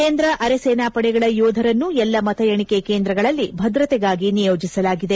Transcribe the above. ಕೇಂದ್ರ ಅರೆ ಸೇನಾ ಪಡೆಗಳ ಯೋಧರನ್ನು ಎಲ್ಲ ಮತ ಎಣಿಕೆ ಕೇಂದ್ರಗಳಲ್ಲಿ ಭದ್ರತೆಗಾಗಿ ನಿಯೋಜಿಸಲಾಗಿದೆ